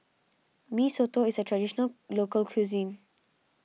Mee Soto is a Traditional Local Cuisine